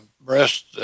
breast